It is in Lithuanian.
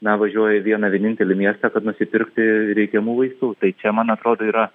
na važiuoja į vieną vienintelį miestą kad nusipirkti reikiamų vaistų tai čia man atrodo yra